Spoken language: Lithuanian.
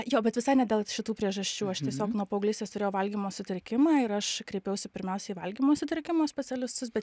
jo bet visai ne dėl šitų priežasčių aš tiesiog nuo paauglystės turėjau valgymo sutrikimą ir aš kreipiausi pirmiausia į valgymo sutrikimų specialistus bet